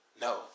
No